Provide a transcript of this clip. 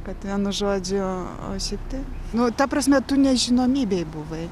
kad vienu žodžiu o šiaip tai nu ta prasme tu nežinomybėj buvai